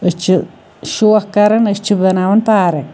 أسۍ چھِ شوق کران أسۍ چھِ بَناوان پارَک